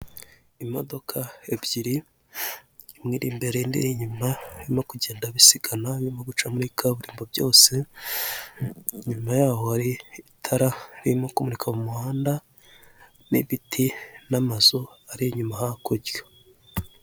Imodoka ebyiri, imwe iri imbere, indi iri inyuma, birimo kugenda bisigana, birimo guca muri kaburimbo byose, inyuma yaho hari itara ririmo kumurika mu muhanda, n'ibiti n'amazu ari inyuma hakurya.